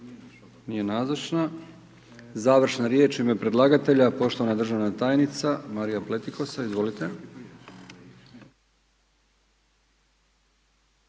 nije nazočna. Završna riječ u ime predlagatelja, poštovana državna tajnica Marija Pletikosa, izvolite.